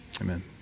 Amen